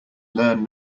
learn